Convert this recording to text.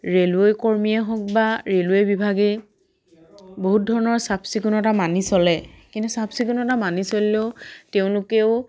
railway কৰ্মীয়েই হওক বা ৰে'লৱৈ বিভাগে বহুত ধৰণৰ চাফ চিকুণতা মানি চলে কিন্তু চাফ চিকুণতা মানি চলিলেও তেওঁলোকেও